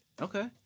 Okay